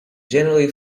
generally